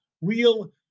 real